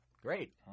Great